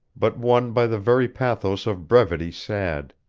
but one by the very pathos of brevity sad.